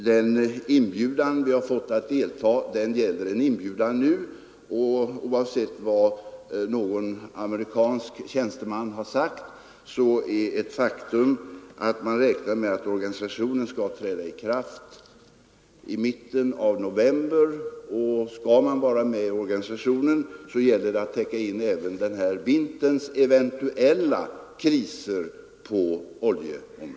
Den inbjudan vi har fått avser ett deltagande nu, och oavsett vad någon amerikansk tjänsteman har sagt är det ett faktum att man räknar med att organisationen skall träda i kraft i mitten av november. Skall man vara med i organisationen gäller det att täcka in även den här vinterns eventuella kriser på oljeområdet.